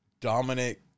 Dominic